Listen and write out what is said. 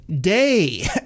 day